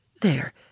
There